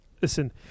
listen